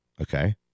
okay